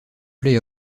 play